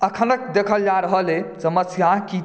अखनक देखल जा रहल अछि समस्या की